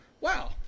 wow